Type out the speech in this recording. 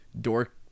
dork